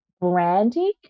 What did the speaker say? branding